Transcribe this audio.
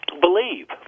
believe